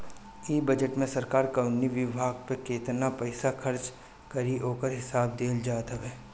इ बजट में सरकार कवनी विभाग पे केतना पईसा खर्च करी ओकर हिसाब दिहल जात हवे